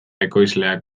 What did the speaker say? ekoizleak